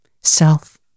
self